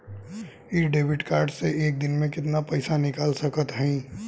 इ debit card से एक दिन मे कितना पैसा निकाल सकत हई?